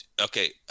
okay